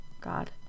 God